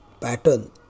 pattern